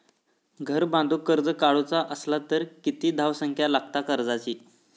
घर बांधूक कर्ज काढूचा असला तर किती धावसंख्या लागता कर्जाची?